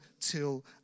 till